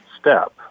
step